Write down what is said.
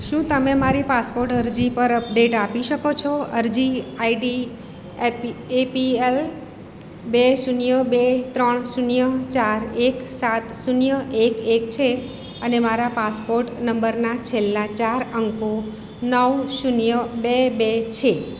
શું તમે મારી પાસપોર્ટ અરજી પર અપડેટ આપી શકો છો અરજી આઈડી એપીએલ બે શૂન્ય બે ત્રણ શૂન્ય ચાર એક સાત શૂન્ય એક એક છે અને મારા પાસપોર્ટ નંબરના છેલ્લા ચાર અંકો નવ શૂન્ય બે બે છે